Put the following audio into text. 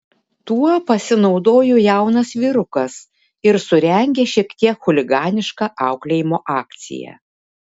tuo pasinaudojo jaunas vyrukas ir surengė šiek tiek chuliganišką auklėjimo akciją